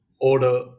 order